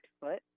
foot